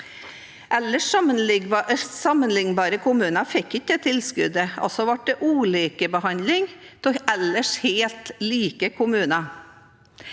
Ellers sammenlignbare kommuner fikk ikke det tilskuddet. Altså ble det en ulik behandling av ellers helt like kommuner.